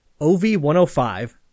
OV-105